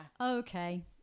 Okay